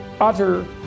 utter